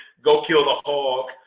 go kill the hog.